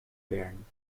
bern